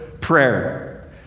prayer